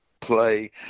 play